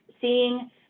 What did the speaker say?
seeing